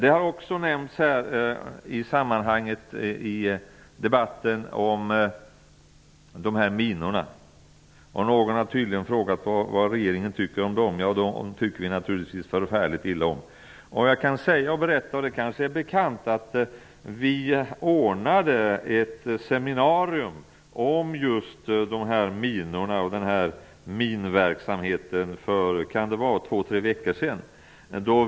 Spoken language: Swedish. I debatten har man också talat om minor. Någon har tydligen frågat vad regeringen tycker om dem. Vi tycker naturligtvis förfärligt illa om dem. Det är kanske bekant att vi arrangerade ett seminarium om minverksamheten för två tre veckor sedan.